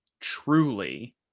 truly